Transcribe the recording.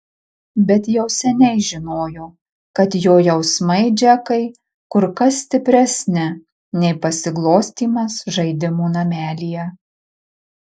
bet jau seniai žinojo kad jo jausmai džekai kur kas stipresni nei pasiglostymas žaidimų namelyje